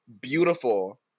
beautiful